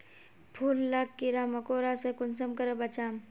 फूल लाक कीड़ा मकोड़ा से कुंसम करे बचाम?